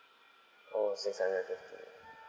oh six hundred and thirty